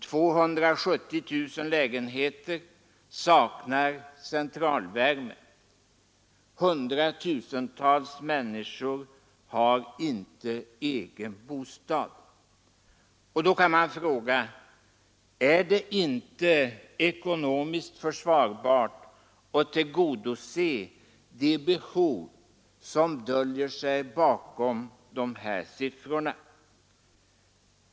270 000 lägenheter saknar centralvärme. 100 000-tals människor har inte egen bostad. Då kan man fråga: Är det inte ekonomiskt försvarbart att tillgodose de behov som döljer sig bakom de här siffrorna?